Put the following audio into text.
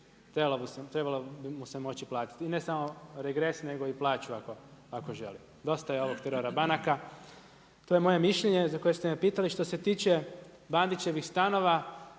trebalo bi mu se moći platiti i ne samo regres nego i plaću ako želi. Dosta je ovog terora banaka. To je moje mišljenje za koje ste me pitali. Što se tiče Bandićevih stanova,